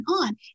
on